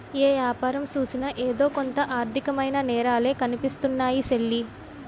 ఏ యాపారం సూసినా ఎదో కొంత ఆర్దికమైన నేరాలే కనిపిస్తున్నాయ్ సెల్లీ